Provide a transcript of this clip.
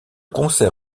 concert